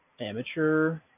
amateur